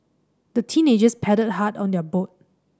the teenagers paddled hard on their boat